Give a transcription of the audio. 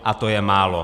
A to je málo.